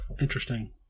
Interesting